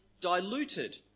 diluted